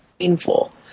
painful